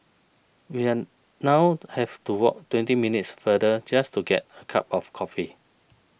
we are now have to walk twenty minutes farther just to get a cup of coffee